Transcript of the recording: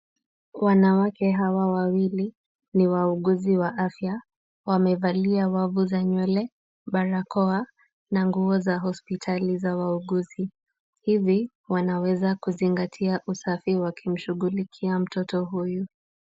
Wanawake hawa wawili ni wauguzi wa afya. Wamevalia wavu za nywele, barakoa na nguo za hospitali za wauguzi. Hivi, wanaweza kuzingatia usafi wakimshughulikia mtoto huyu.